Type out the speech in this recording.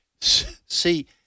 see